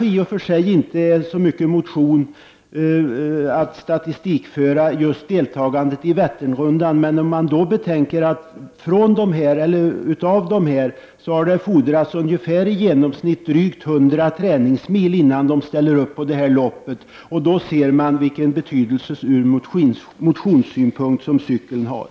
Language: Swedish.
I och för sig är just deltagandet i Vätternrundan kanske inte så mycket motion att statistikföra, men om man betänker att av deltagarna har det fordrats i ge nomsnitt drygt 100 träningsmil innan de ställer upp i loppet, förstår man vilken betydelse ur motionssynpunkt som cykeln har.